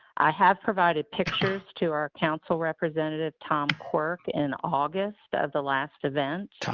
i have provided pictures to our council representative, tom quirk in august at the last event.